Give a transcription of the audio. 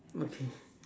okay